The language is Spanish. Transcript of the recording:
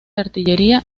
artillería